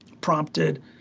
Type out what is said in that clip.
prompted